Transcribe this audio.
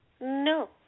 No